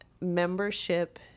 membership